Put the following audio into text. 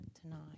tonight